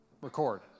Record